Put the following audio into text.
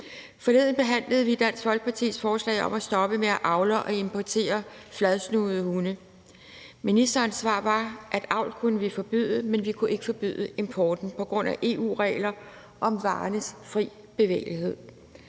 Forleden behandlede vi Dansk Folkepartis forslag om at stoppe med at avle og importere fladsnudede hunde. Ministerens svar var, at avlen kan vi forbyde, men at vi ikke kan forbyde importen på grund af EU-regler om varernes fri bevægelighed.